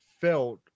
felt